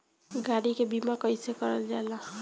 गाड़ी के बीमा कईसे करल जाला?